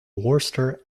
worcester